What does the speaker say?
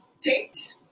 Date